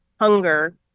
hunger